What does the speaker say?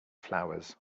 flowers